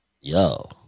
Yo